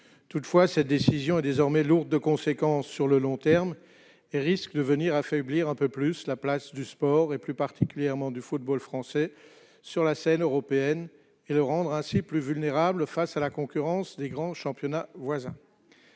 Toutefois, cette décision est désormais lourde de conséquences à long terme et risque d'affaiblir un peu plus la place du sport, particulièrement du football français sur la scène européenne et de le rendre ainsi plus vulnérable face à la concurrence des grands championnats voisins.